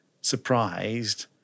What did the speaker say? surprised